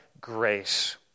grace